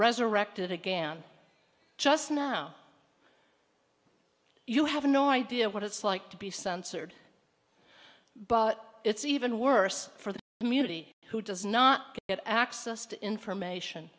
resurrected again just now you have no idea what it's like to be censored but it's even worse for the community who does not get access to information